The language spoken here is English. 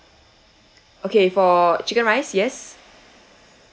okay for chicken rice yes